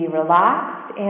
relaxed